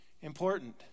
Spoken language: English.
important